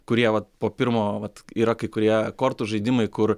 kurie vat po pirmo vat yra kai kurie kortų žaidimai kur